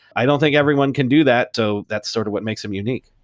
i don't think everyone can do that, so that's sort of what makes him unique.